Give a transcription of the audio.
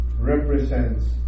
represents